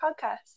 podcast